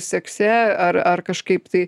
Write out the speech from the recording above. sekse ar ar kažkaip tai